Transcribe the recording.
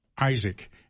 Isaac